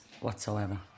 whatsoever